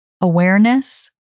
awareness